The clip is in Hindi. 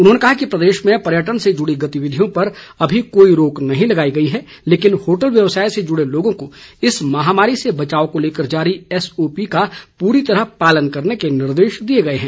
उन्होंने कहा कि प्रदेश में पर्यटन से जुड़ी गतिविधियों पर अभी कोई रोक नहीं लगाई गई है लेकिन होटल व्यवसाय से जुड़े लोगों को इस महामारी से बचाव को लेकर जारी एसओपी का पूरी तरह पालन करने के निर्देश दिए गए हैं